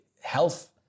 health